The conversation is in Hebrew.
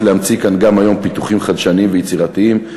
להמציא כאן גם היום פיתוחים חדשניים ויצירתיים.